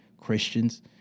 Christians